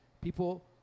People